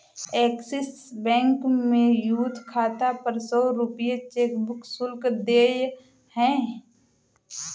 axis Bank में youth खाता पर सौ रूपये चेकबुक शुल्क देय है